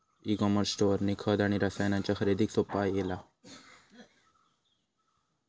E com स्टोअरनी खत आणि रसायनांच्या खरेदीक सोप्पा केला